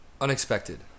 Unexpected